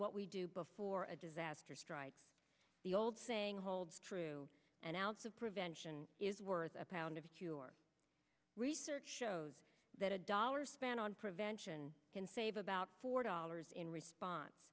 what we do before a disaster strikes the old saying holds true an ounce of prevention is worth a pound of cure research shows that a dollar spent on prevention can save about four dollars in response